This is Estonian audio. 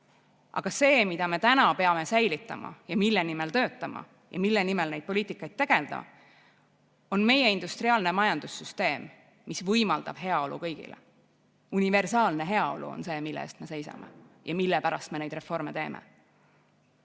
See, mida me täna peame säilitama ja mille nimel töötama ja mille nimel nende poliitikatega tegelema, on meie industriaalne majandussüsteem, mis võimaldab heaolu kõigile. Universaalne heaolu on see, mille eest me seisame ja mille pärast me neid reforme teeme.